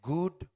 Good